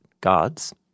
gods